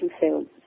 Film